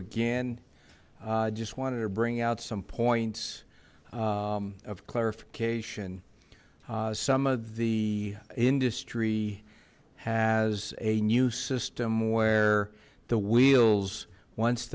again i just wanted to bring out some points of clarification some of the industry has a new system where the wheels once